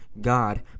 God